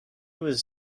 was